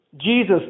Jesus